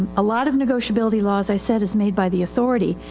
a lot of negotiability laws i said, is made by the authority.